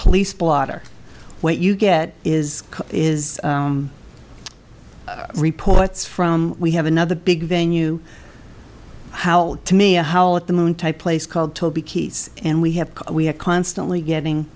police blotter what you get is is reports from we have another big venue how to me a how the moon type place called toby keith and we have we have constantly getting